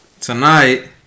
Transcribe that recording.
tonight